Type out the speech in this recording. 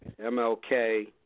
MLK